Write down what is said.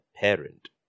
parent